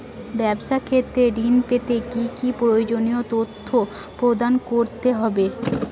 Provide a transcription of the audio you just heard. ব্যাবসা ক্ষেত্রে ঋণ পেতে কি কি প্রয়োজনীয় তথ্য প্রদান করতে হবে?